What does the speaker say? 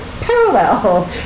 parallel